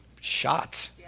shots